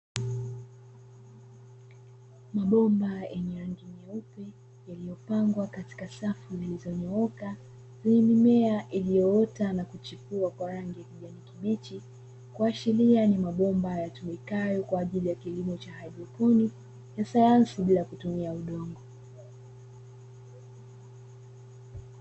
Mabomba yenye rangi nyeupe yaliyopangwa katika safu I'll iliyonyooka yenye mimea iliyoota na kuchipua kwa rangi ya kijani kibichi kwa kuashiria a ni mabomba yatumikayo kwa ajili ya kilimo cha hajipuni na sayansi bila kutumia udongo.